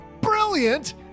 Brilliant